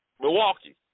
Milwaukee